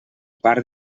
part